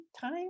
time